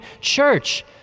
church